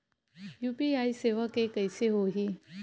UPI सेवा के कइसे होही?